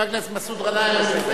חבר הכנסת מסעוד גנאים,